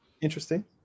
Interesting